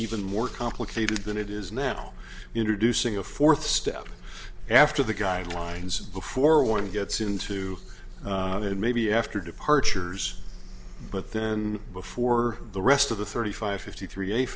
even more complicated than it is now introducing a fourth step after the guidelines before one gets into it and maybe after departures but then before the rest of the thirty five fifty three